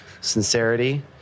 sincerity